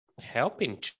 helping